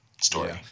story